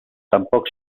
tampoc